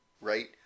right